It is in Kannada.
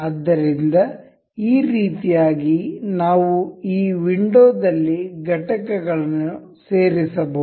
ಆದ್ದರಿಂದ ಈ ರೀತಿಯಾಗಿ ನಾವು ಈ ವಿಂಡೋದಲ್ಲಿ ಘಟಕಗಳನ್ನು ಸೇರಿಸಬಹುದು